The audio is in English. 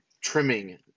trimming